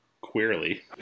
Queerly